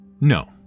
No